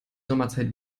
sommerzeit